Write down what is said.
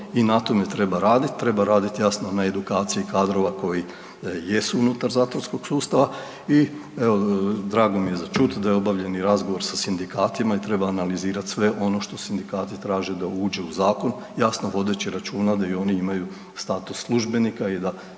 i na tome treba raditi, treba raditi jasno na edukciji kadrova koji jesu unutar zatvorskog sustava i drago mi je za čut da je obavljen i razgovor sa sindikatima i treba analizirat sve ono što sindikati traže da uđe u zakon, jasno vodeći računa da i oni imaju status službenika i da